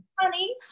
honey